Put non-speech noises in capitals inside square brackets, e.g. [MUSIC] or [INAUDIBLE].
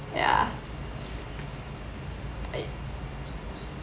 ya [NOISE]